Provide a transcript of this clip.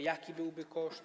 Jaki byłby koszt?